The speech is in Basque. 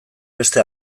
beste